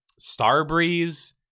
Starbreeze